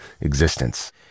existence